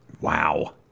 Wow